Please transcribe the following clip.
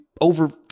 over